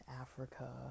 Africa